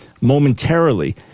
momentarily